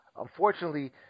unfortunately